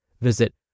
Visit